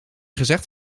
gezegd